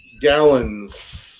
gallons